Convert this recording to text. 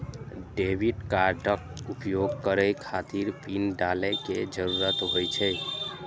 debit कार्डक उपयोग करै खातिर पिन डालै के जरूरत होइ छै